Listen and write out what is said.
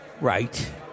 Right